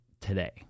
today